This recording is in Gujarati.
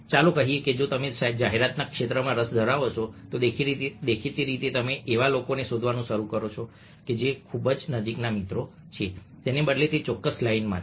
ચાલો કહીએ કે જો તમે જાહેરાતના ક્ષેત્રમાં રસ ધરાવો છો દેખીતી રીતે તમે એવા લોકોને શોધવાનું શરૂ કરશો કે જેઓ ખૂબ નજીકના મિત્રો છે તેના બદલે તે ચોક્કસ લાઇનમાં છે